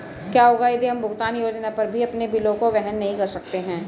क्या होगा यदि हम भुगतान योजना पर भी अपने बिलों को वहन नहीं कर सकते हैं?